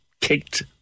kicked